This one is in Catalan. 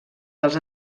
dels